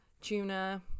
tuna